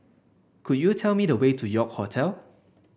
could you tell me the way to York Hotel